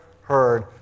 heard